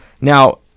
Now